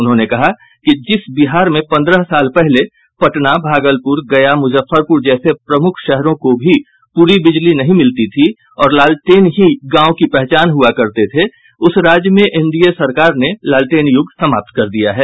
उन्होंने कहा कि जिस बिहार में पंद्रह साल पहले पटना भागलपुर गया मुजफ्फरपुर जैसे प्रमुख शहरों को भी पूरी बिजली नहीं मिलती थी और लालटेन ही गांव की पहचान हुआ करते थे उस राज्य में एनडीए सरकार ने लालटेन यूग समाप्त कर दिया है